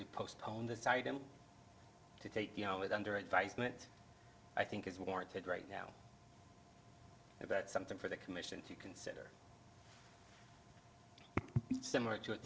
to postpone this item to take it with under advisement i think is warranted right now about something for the commission you can see similar to a